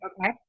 Okay